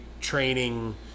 training